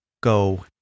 go